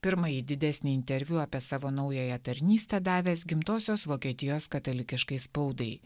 pirmąjį didesnį interviu apie savo naująją tarnystę davęs gimtosios vokietijos katalikiškai spaudai